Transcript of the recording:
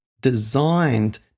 designed